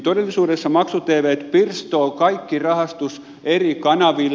todellisuudessa maksu tvt pirstovat kaiken rahastuksen eri kanaville